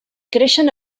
creixen